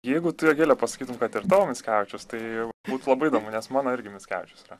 jeigu tu jogile pasakytum kad ir tavo mickevičius tai būtų labai įdomu nes mano irgi mickevičius yra